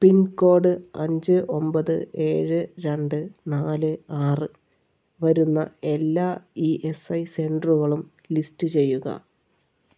pincode അഞ്ച് ഒമ്പത് ഏഴ് രണ്ട് നാല് ആറിൽ വരുന്ന എല്ലാ ഇ എസ് ഐ സി സെൻ്ററുകളും ലിസ്റ്റ് ചെയ്യുക